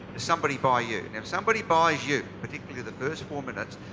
somebody buy you? if somebody buys you, particularly the first four minutes,